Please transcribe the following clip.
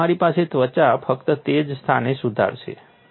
તેથી તમારી પાસે ત્વચા ફક્ત તે જ સ્થાને સુધારશે